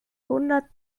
hundert